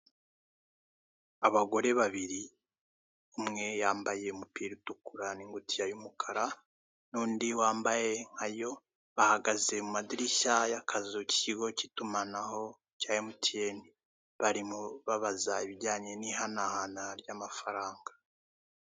Abagore babiri umwe yambaye umupira utukura n'ingutiya y'umukara n'undi wambaye nkayo, bahagaze mu kadirishya k'akazu k'ikigo k'itumanaho cya emutiyene barimo babaza ibijyanye n'ihanahana ry'amafaranga.